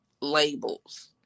labels